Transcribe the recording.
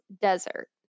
desert